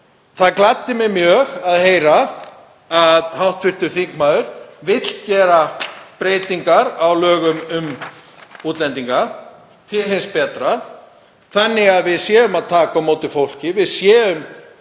Það gladdi mig mjög að heyra að hv. þingmaður vilji gera breytingar á lögum um útlendinga til hins betra þannig að við séum að taka á móti fólki, við séum